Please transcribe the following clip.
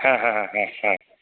ह ह ह ह